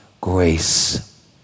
grace